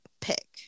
pick